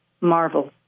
marvel